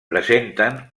presenten